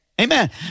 Amen